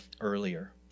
earlier